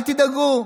אל תדאגו.